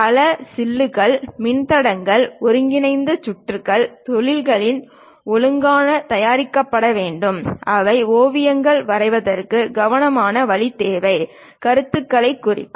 பல சில்லுகள் மின்தடையங்கள் ஒருங்கிணைந்த சுற்றுகள் தொழில்களில் ஒழுங்காக தயாரிக்கப்பட வேண்டும் அவை ஓவியங்களை வரைவதற்கு கவனமாக வழி தேவை கருத்துக்களைக் குறிக்கும்